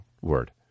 word